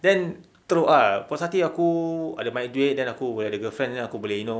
then teruk ah puas hati aku ada banyak duit then aku boleh ada girlfriend then aku boleh you know